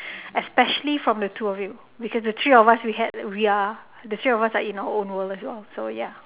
especially from the two of you because the three of us we had we are the three of us are in our own world as well so ya